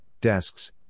desks